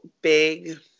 big